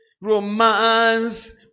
romance